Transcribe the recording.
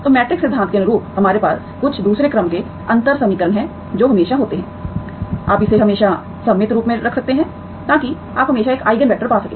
तो मैट्रिक्स सिद्धांत के अनुरूप हमारे पास कुछ दूसरे क्रम के अंतर समीकरण हैं जो हमेशा होते हैं आप इसे हमेशा सममित रूप में रख सकते हैं ताकि आप हमेशा एक आईगन वैक्टर पा सकें